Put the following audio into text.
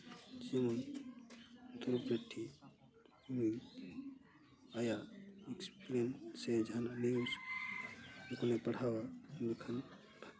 ᱪᱤᱱᱤ ᱫᱩ ᱯᱮᱴᱤ ᱦᱚᱸ ᱟᱭᱟᱜ ᱤᱥᱯᱞᱤᱢ ᱥᱮ ᱡᱟᱦᱟᱱᱟᱜ ᱱᱤᱭᱩᱥ ᱚᱱᱟ ᱠᱚᱞᱮ ᱯᱟᱲᱦᱟᱣᱟ ᱢᱮᱱᱠᱷᱟᱱ